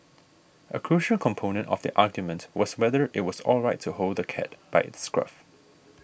a crucial component of the argument was whether it was alright to hold the cat by its scruff